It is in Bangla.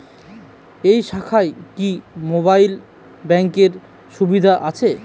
এই শাখায় কি মোবাইল ব্যাঙ্কের সুবিধা আছে?